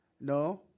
No